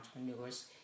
entrepreneurs